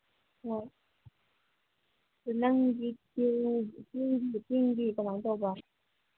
ꯍꯣꯏ ꯅꯪꯒꯤꯁꯦꯦ ꯆꯦꯡꯗꯤ ꯆꯦꯡꯗꯤ ꯀꯃꯥꯏ ꯇꯧꯕ